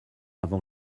avant